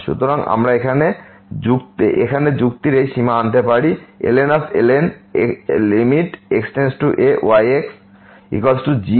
সুতরাং আমরা এখানে যুক্তির এই সীমা আনতে পারি ln x → a⁡yx gxln fx